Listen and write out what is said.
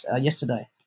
yesterday